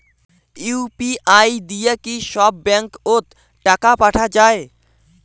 UPI দিয়া কি সব ব্যাংক ওত টাকা পাঠা যায়?